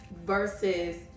versus